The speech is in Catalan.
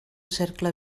cercle